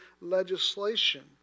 legislation